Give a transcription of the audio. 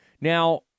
Now